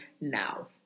now